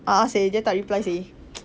a'ah seh dia tak reply seh